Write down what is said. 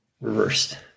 reversed